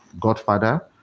Godfather